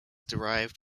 derived